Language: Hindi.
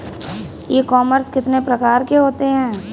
ई कॉमर्स कितने प्रकार के होते हैं?